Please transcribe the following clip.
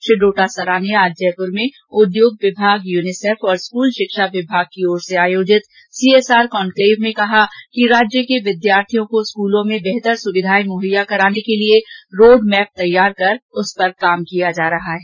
श्री डोटासरा ने आज जयपुर में उद्योग विभाग यूनिसेफ और स्कूल शिक्षा विभाग की ओर से आयोजित सीएसआर कॉन्क्लेव में कहा कि राज्य के विद्यार्थियों को स्कूलों में बेहतर सुविधाएं मुहैया कराने के लिए रोडमैप तैयार करके उस पर कार्य किया जा रहा है